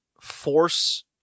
force